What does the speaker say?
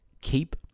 keep